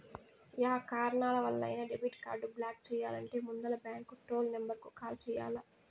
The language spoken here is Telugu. యా కారణాలవల్లైనా డెబిట్ కార్డు బ్లాక్ చెయ్యాలంటే ముందల బాంకు టోల్ నెంబరుకు కాల్ చెయ్యాల్ల